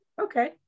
okay